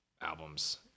albums